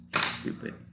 stupid